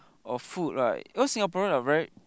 or food right because Singaporeans are very